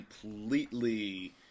completely